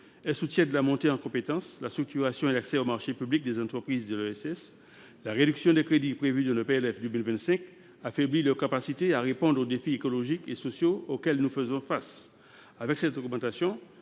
Elles soutiennent la montée en compétence, la structuration et l’accès aux marchés publics des entreprises de l’ESS. La réduction des crédits prévue dans le PLF pour 2025 affaiblit leur capacité à répondre aux défis écologiques et sociaux auxquels nous faisons face. Avec cette augmentation,